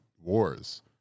wars